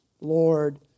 Lord